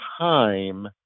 time